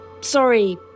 sorry